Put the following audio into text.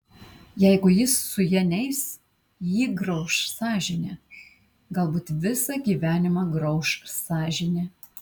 jeigu jis su ja neis jį grauš sąžinė galbūt visą gyvenimą grauš sąžinė